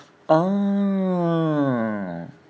oh